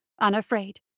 unafraid